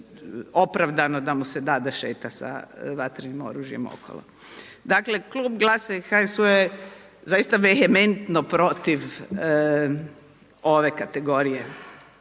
opravdano da mu se da da šeta sa vatrenim oružjem okolo. Dakle Klub Glasa i HSU-a je zaista vehementno protiv ove kategorije